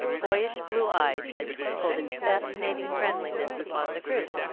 boyish blue eyes that twinkled in fascinating friendliness upon the group.